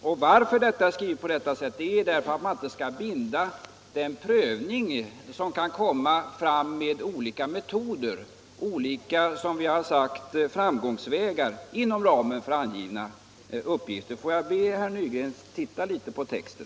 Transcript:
Anledningen till att vi skrivit på detta sätt är att man inte skall binda den prövning som kan komma till stånd med avseende på olika metoder — eller framgångsvägar, som vi har uttryckt det — inom ramen för angivna uppgifter. Får jag be herr Nygren att titta litet på texten.